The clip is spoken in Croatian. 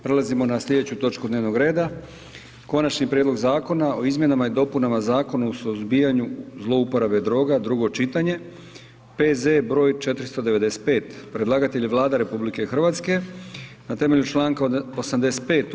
Prelazimo na sljedeću točku dnevnog reda: - Konačni prijedlog Zakona o izmjenama i dopunama Zakona o suzbijanju zlouporabe droga, drugo čitanje, P.Z.E. br. 495 Predlagatelj je Vlada Republike Hrvatske, na temelju čl. 85.